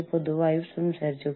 അതൊരു റൂട്ട്ലെഡ്ജ് പുസ്തകമാണ്